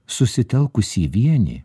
susitelkusi į vienį